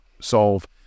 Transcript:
solve